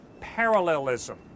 parallelism